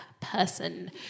person